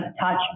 touch